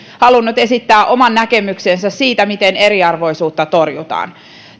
halunnut esittää oman näkemyksensä siitä miten eriarvoisuutta torjutaan